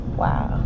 wow